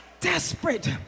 desperate